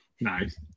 nice